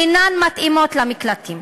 אינן מתאימות למקלטים.